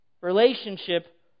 relationship